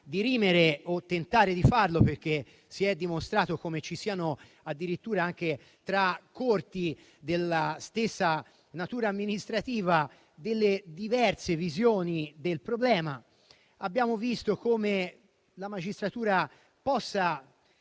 dirimere o tentare di farlo, perché si è dimostrato come ci siano addirittura anche tra Corti della stessa natura amministrativa diverse visioni del problema. Abbiamo visto come la magistratura -